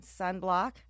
sunblock